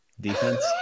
Defense